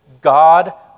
God